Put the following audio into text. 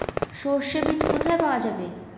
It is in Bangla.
সর্ষে বিজ কোথায় পাওয়া যাবে?